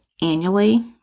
annually